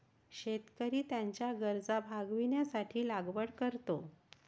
शेतकरी त्याच्या गरजा भागविण्यासाठी लागवड करतो